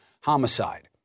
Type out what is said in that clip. homicide